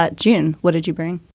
but june, what did you bring?